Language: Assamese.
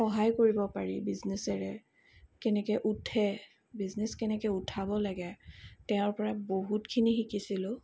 সহায় কৰিব পাৰি বিজনেচেৰে কেনেকৈ উঠে বিজনেচ কেনেকৈ উঠাব লাগে তেওঁৰ পৰা বহুতখিনি শিকিছিলোঁ